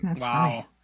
wow